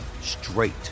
straight